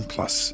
Plus